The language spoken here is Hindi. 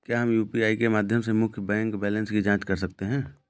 क्या हम यू.पी.आई के माध्यम से मुख्य बैंक बैलेंस की जाँच कर सकते हैं?